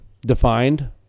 defined